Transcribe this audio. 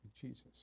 Jesus